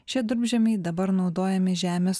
šie durpžemiai dabar naudojami žemės